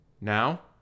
Now